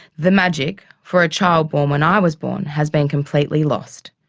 the magic, for a child born when i was born, has been completely lost.